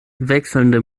wechselnde